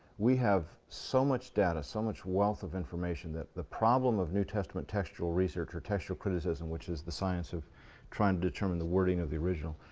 we have so much data, so much wealth of information. that the problem of new testament textual research, textual criticism, which is the science of trying to determine the wording of the original,